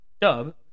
dub